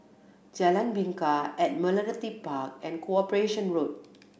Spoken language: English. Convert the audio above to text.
Jalan Bingka Admiralty Park and Corporation Road